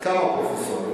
כמה פרופסורים,